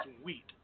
sweet